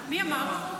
מי אמר?